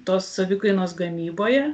tos savikainos gamyboje